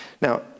Now